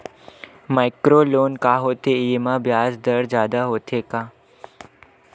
Micro loan का होथे येमा ब्याज दर जादा होथे का?